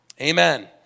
Amen